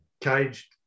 caged